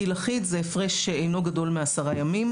גיל אחיד זה הפרש שאינו גדול מ-10 ימים,